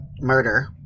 murder